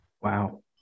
Wow